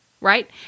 Right